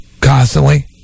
constantly